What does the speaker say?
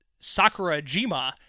Sakurajima